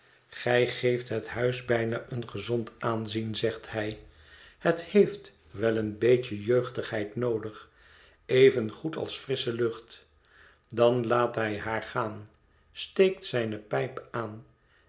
gij geeft het huis bijna een gezond aanzien zegt hij het heeft wel een beetjejeugdigheid noodig evengoed als frissche lucht dan laat hij haar gaan steekt zijne pijp aan